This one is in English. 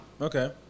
Okay